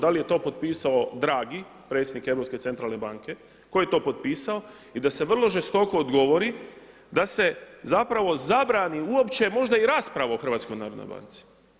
Da li je to potpisao Dragi, predsjednik Europske centralne banke, tko je to potpisao i da se vrlo žestoko odgovori da se zapravo zabrani uopće možda i rasprava o Hrvatskoj narodnoj banci.